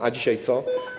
A dzisiaj co?